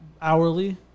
hourly